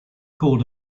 called